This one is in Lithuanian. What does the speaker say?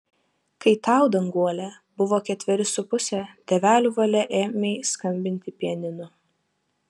kai tau danguole buvo ketveri su puse tėvelių valia ėmei skambinti pianinu